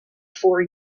for